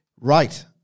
Right